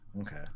okay